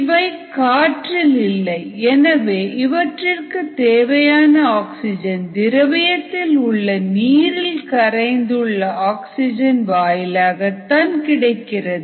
இவை காற்றில் இல்லை எனவே இவற்றிற்கு தேவையான ஆக்சிஜன் திரவியத்தில் உள்ள நீரில் கரைந்துள்ள ஆக்ஸிஜன் வாயிலாகத்தான் கிடைக்கிறது